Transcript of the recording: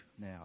now